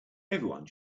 everyone